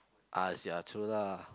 ah ya true lah